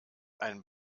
ein